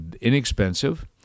inexpensive